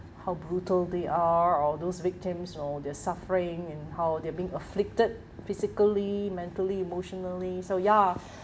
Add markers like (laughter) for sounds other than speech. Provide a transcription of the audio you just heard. how brutal they are or those victims you know their suffering and how they are being afflicted physically mentally emotionally so ya (breath)